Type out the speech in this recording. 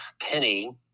Penny